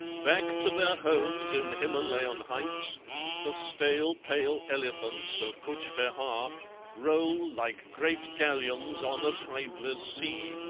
back to their homes in himalayan heights the stale pale elephants of cutch behar roll like great galleons on a tideless sea